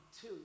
two